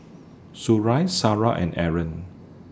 Suria Sarah and Aaron